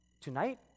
Tonight